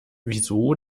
wieso